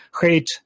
hate